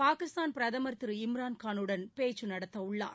பாகிஸ்தான் பிரதமர் திரு இம்ரான் கானுடன் பேச்சு நடத்தவுள்ளார்